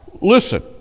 listen